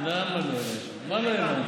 למה לא, מה לא הבנת?